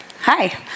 Hi